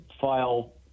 file